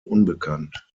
unbekannt